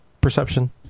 perception